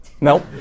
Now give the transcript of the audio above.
Nope